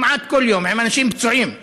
כמעט כל יום, עם אנשים פצועים.